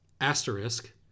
asterisk